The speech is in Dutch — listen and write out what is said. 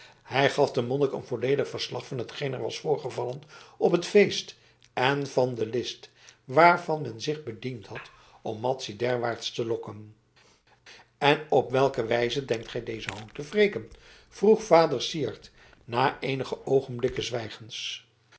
hij gaf den monnik een volledig verslag van hetgeen er was voorgevallen op het feest en van de list waarvan men zich bediend had om madzy derwaarts te lokken en op welke wijze denkt gij dezen hoon te wreken vroeg vader syard na eenige oogenblikken zwijgens